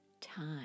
time